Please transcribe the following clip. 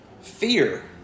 Fear